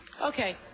okay